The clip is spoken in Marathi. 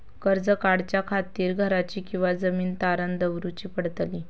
कर्ज काढच्या खातीर घराची किंवा जमीन तारण दवरूची पडतली?